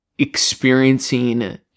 experiencing